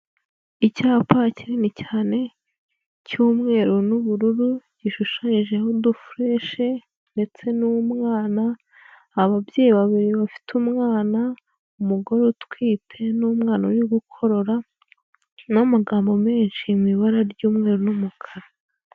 Icyapa kinini cyane cy'umweru n'ubururu, gishushanyijeho udufureshe ndetse n'umwana, ababyeyi babiri bafite umwana, umugore utwite n'umwana uri gukorora n'amagambo menshi, mu ibara ry'umweru n'umukara.